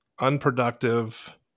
unproductive